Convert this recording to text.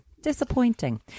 Disappointing